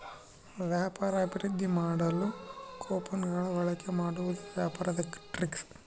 ವ್ಯಾಪಾರ ಅಭಿವೃದ್ದಿ ಮಾಡಲು ಕೊಪನ್ ಗಳ ಬಳಿಕೆ ಮಾಡುವುದು ವ್ಯಾಪಾರದ ಟ್ರಿಕ್ಸ್